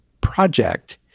project